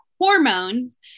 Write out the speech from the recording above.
hormones